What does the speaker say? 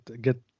get